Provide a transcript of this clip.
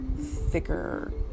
thicker